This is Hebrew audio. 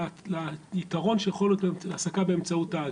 ליתרון שיכול להיות להעסקה באמצעות תאגיד,